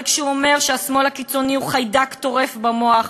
אבל כשהוא אומר שהשמאל הקיצוני הוא "חיידק טורף במוח",